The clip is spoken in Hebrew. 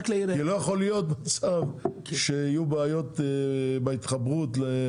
כי לא יכול להיות שיהיו בעיות בהתחברות לבתי החולים.